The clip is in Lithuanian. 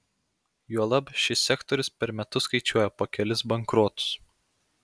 juolab šis sektorius per metus skaičiuoja po kelis bankrotus